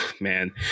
man